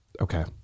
Okay